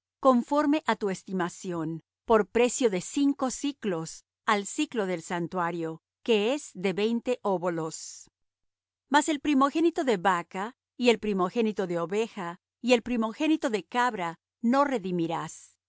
conforme á tu estimación por precio de cinco siclos al siclo del santuario que es de veinte óbolos mas el primogénito de vaca y el primogénito de oveja y el primogénito de cabra no redimirás